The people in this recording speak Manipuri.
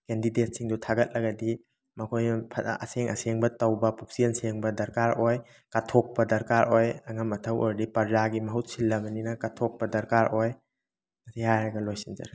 ꯀꯦꯟꯗꯤꯗꯦꯠꯁꯤꯡꯗꯨ ꯊꯥꯒꯠꯂꯒꯗꯤ ꯃꯈꯣꯏ ꯐꯅ ꯑꯁꯦꯡ ꯑꯁꯦꯡꯕ ꯇꯧꯕ ꯄꯨꯛꯆꯦꯟ ꯁꯦꯡꯕ ꯗꯔꯀꯥꯔ ꯑꯣꯏ ꯀꯠꯊꯣꯛꯄ ꯗꯔꯀꯥꯔ ꯑꯣꯏ ꯑꯉꯝ ꯑꯊꯧ ꯑꯣꯏꯔꯗꯤ ꯄ꯭ꯔꯖꯥꯒꯤ ꯃꯍꯨꯠ ꯁꯤꯜꯂꯕꯅꯤꯅ ꯀꯠꯊꯣꯛꯄ ꯗꯔꯀꯥꯔ ꯑꯣꯏ ꯃꯁꯤ ꯍꯥꯏꯔꯒ ꯂꯣꯏꯁꯤꯟꯖꯔꯒꯦ